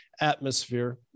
atmosphere